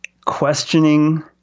Questioning